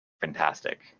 fantastic